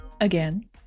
again